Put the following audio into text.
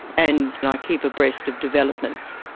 and and i keep abreast of developments.